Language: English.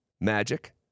Magic